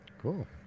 Cool